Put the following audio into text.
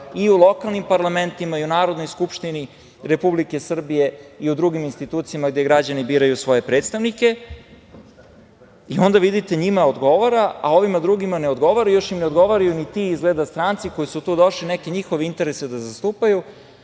i u lokalnim parlamentima i u Narodnoj skupštini Republike Srbije i u drugim institucijama gde građani biraju svoje predstavnike. Onda vidite da njima odgovara, a ovima drugima ne odgovara. Još im ne odgovaraju ni ti, izgleda, stranci koji su tu došli neke njihove interese da zastupaju,